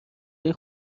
های